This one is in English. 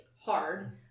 hard